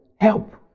Help